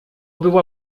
była